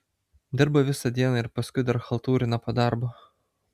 dirba visą dieną ir paskui dar chaltūrina po darbo